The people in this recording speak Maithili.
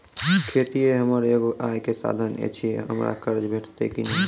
खेतीये हमर एगो आय के साधन ऐछि, हमरा कर्ज भेटतै कि नै?